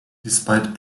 despite